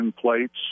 plates